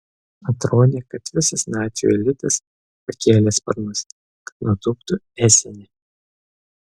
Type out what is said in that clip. atrodė kad visas nacių elitas pakėlė sparnus kad nutūptų esene